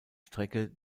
strecke